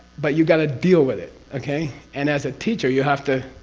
but you got to deal with it, okay? and as a teacher you have to.